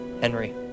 Henry